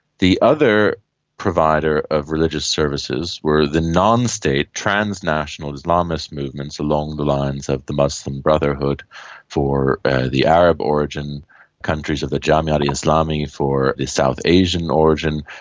the other provider of religious services were the non-state transnational islamist movements along the lines of the muslim brotherhood for the arab origin countries, the jamaat-e-islami for the south asian origin,